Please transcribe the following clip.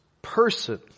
person